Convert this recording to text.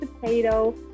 potato